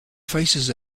faces